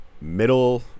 middle